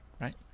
right